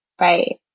right